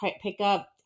pickup